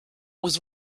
was